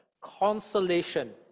consolation